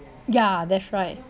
yeah that's right